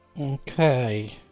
Okay